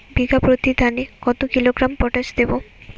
বিঘাপ্রতি ধানে কত কিলোগ্রাম পটাশ দেবো?